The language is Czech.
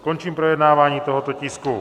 Končím projednávání tohoto tisku.